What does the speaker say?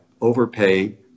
overpay